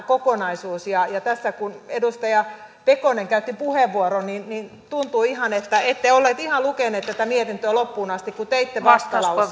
kokonaisuus ja ja tässä kun edustaja pekonen käytti puheenvuoron tuntuu ihan että ette olleet lukeneet tätä mietintöä ihan loppuun asti kun teitte vastalauseen